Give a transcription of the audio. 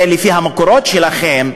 לפי המקורות שלכם,